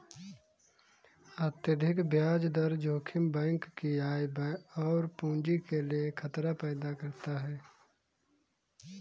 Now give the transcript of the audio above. अत्यधिक ब्याज दर जोखिम बैंक की आय और पूंजी के लिए खतरा पैदा करता है